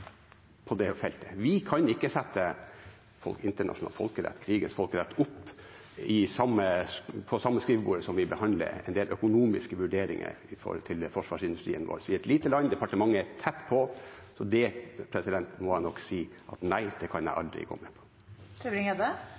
på det feltet. Vi kan ikke behandle krigens folkerett på samme skrivebordet som vi behandler en del økonomiske vurderinger når det gjelder forsvarsindustrien vår. Vi er et lite land. Departementet er tett på. Og til det må jeg nok si at nei, det kan jeg aldri gå med